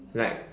like